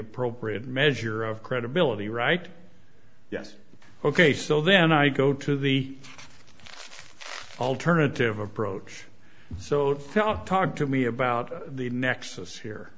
appropriate measure of credibility right yes ok so then i go to the alternative approach so talk to me about the nexus here